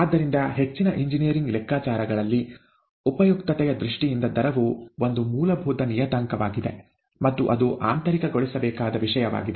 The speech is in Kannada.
ಆದ್ದರಿಂದ ಹೆಚ್ಚಿನ ಎಂಜಿನಿಯರಿಂಗ್ ಲೆಕ್ಕಾಚಾರಗಳಲ್ಲಿ ಉಪಯುಕ್ತತೆಯ ದೃಷ್ಟಿಯಿಂದ ದರವು ಒಂದು ಮೂಲಭೂತ ನಿಯತಾಂಕವಾಗಿದೆ ಮತ್ತು ಅದು ಆಂತರಿಕಗೊಳಿಸಬೇಕಾದ ವಿಷಯವಾಗಿದೆ